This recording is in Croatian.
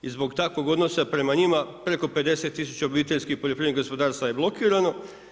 I zbog takvog odnosa prema njima preko 50 tisuća obiteljskih poljoprivrednih gospodarstava je blokirano.